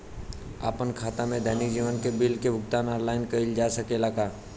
आपन खाता से दैनिक जीवन के बिल के भुगतान आनलाइन कइल जा सकेला का?